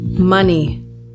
Money